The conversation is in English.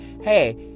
hey